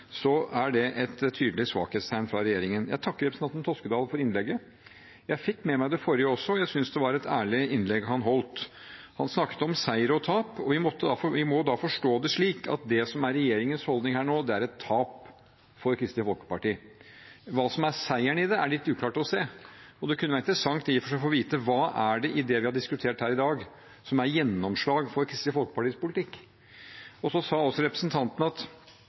er det et tydelig svakhetstegn fra regjeringen. Jeg takker representanten Toskedal for innlegget, jeg fikk med meg det forrige også. Jeg synes det var et ærlig innlegg han holdt. Han snakket om seire og tap. Vi må forstå det slik at det som er regjeringens holdning her nå, er et tap for Kristelig Folkeparti. Hva som er seieren i det, er litt uklart å se. Det kunne i og for seg være interessant å få vite hva det er i det vi har diskutert her i dag, som er gjennomslag for Kristelig Folkepartis politikk. Så sa representanten også at